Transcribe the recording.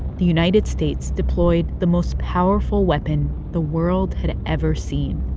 the united states deployed the most powerful weapon the world had ever seen